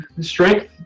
strength